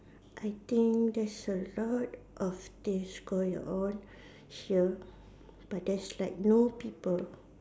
I think there's a lot of things going on here but there's like no people